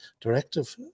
Directive